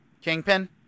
Kingpin